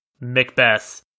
Macbeth